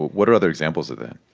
what are other examples of that?